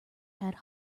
had